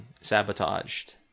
sabotaged